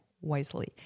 wisely